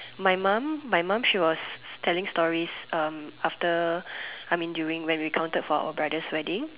my mum my mum she was telling stories after I mean during when we counted for our brother's wedding